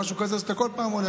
וזה כל פעם עולה.